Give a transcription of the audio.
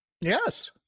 Yes